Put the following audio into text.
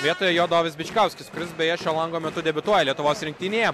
vietoj jo dovis bičkauskis kuris beje šio lango metu debiutuoja lietuvos rinktinėje